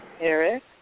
Eric